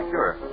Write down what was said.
Sure